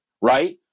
right